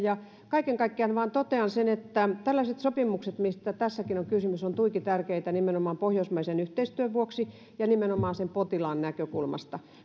kaiken kaikkiaan vain totean että tällaiset sopimukset mistä tässäkin on kysymys ovat tuiki tärkeitä nimenomaan pohjoismaisen yhteistyön vuoksi ja nimenomaan potilaan näkökulmasta